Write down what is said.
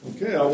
Okay